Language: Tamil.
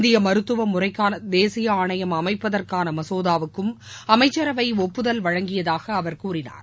இந்திய மருத்துவ முறைக்கான தேசிய ஆணையம் அமைப்பதற்கான மசோதாவுக்கும் அமைச்சரவை ஒப்புதல் வழங்கியதாக அவர் கூறினார்